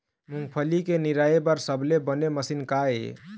मूंगफली के निराई बर सबले बने मशीन का ये?